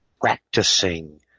practicing